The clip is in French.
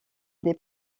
des